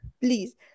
Please